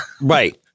right